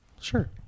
Sure